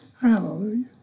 Hallelujah